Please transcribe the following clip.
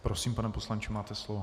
Prosím, pane poslanče, máte slovo.